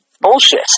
bullshit